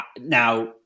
Now